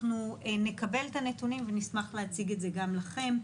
נקבל את הנתונים ונשמח להציג את זה גם לכם.